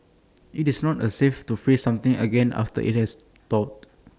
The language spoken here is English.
IT is not A safe to freeze something again after IT has thawed